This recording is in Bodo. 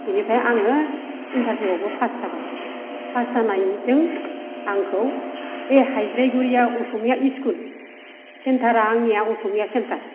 बेनिफ्राय आङो इन्टारभिउआवबो पास जाबाय पास जानायजों आंखौ बे हाइज्राइगुरिया असमिया इसकुल सेन्टारआ आंनिया असमिया सेन्टार